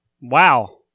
Wow